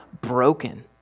broken